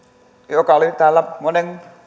joka oli täällä monen